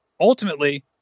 ultimately